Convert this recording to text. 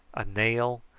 a nail,